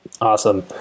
Awesome